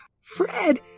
Fred